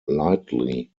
lightly